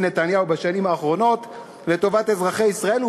נתניהו בשנים האחרונות לטובת אזרחי ישראל,